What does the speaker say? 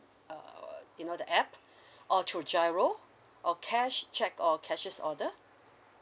uh you know the app or through giro or cash cheque or cashless order